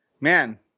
man